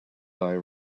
thy